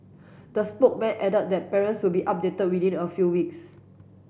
the spokesman added that parents will be updated within a few weeks